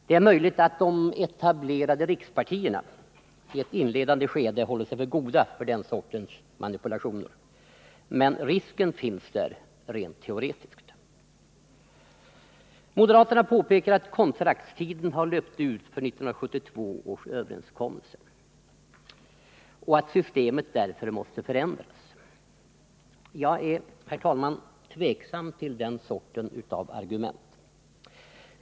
Det är möjligt att de etablerade rikspartierna i ett inledande skede skulle ha hållit sig för goda för den sortens manipulationer, men teoretiskt fanns risken där. Moderaterna påpekar nu att kontraktstiden har löpt ut för 1972 års överenskommelse och att systemet därför måste förändras. Jag ställer mig, herr talman, tveksam till den sortens argument.